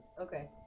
Okay